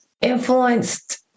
influenced